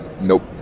Nope